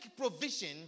provision